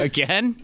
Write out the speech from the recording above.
Again